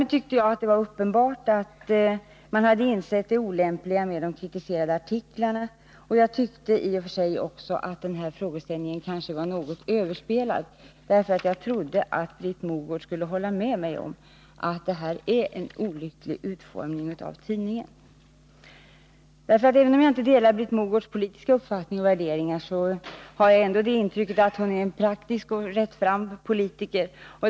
Jag tyckte att det därmed var uppenbart att man hade insett det olämpliga med de kritiserade artiklarna, och jag tyckte i och för sig också att min frågeställning kanske var överspelad, eftersom jag trodde att Britt Mogård skulle hålla med mig om att kampanjtidningen fått en olycklig utformning. Även om jag inte delar Britt Mogårds politiska uppfattning och värderingar, så har jag ändå intrycket att hon är en praktisk och rättfram politiker.